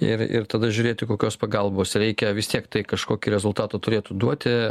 ir ir tada žiūrėti kokios pagalbos reikia vis tiek tai kažkokį rezultatą turėtų duoti